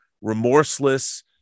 remorseless